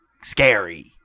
scary